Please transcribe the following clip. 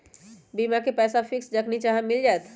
बीमा के पैसा फिक्स जखनि चाहम मिल जाएत?